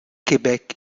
québec